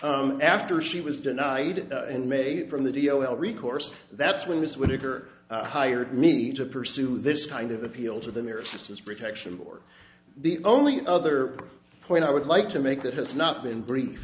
proceedings after she was denied in may from the d o l recourse that's when this winter hired me to pursue this kind of appeal to the nearest his protection or the only other point i would like to make that has not been brief